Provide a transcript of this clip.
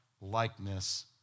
likeness